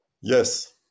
Yes